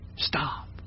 Stop